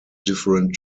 different